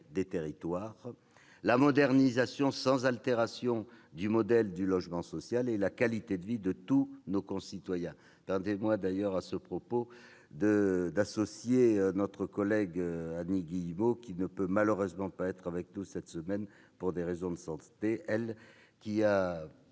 des territoires, la modernisation sans altération du modèle du logement social et la qualité de vie pour tous nos concitoyens. Permettez-moi d'associer à ce propos notre collègue Annie Guillemot, qui ne peut malheureusement pas être avec nous cette semaine pour des raisons de santé, mais qui a